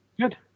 Good